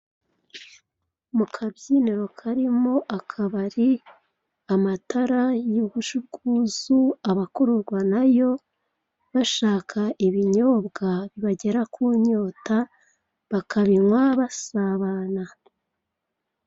Mu kabyiniro karimo akabari, amatara yuje ubwuzu abakururwa na yo bashaka ibinyobwa bibagera ku nyota bakabinywa basabana.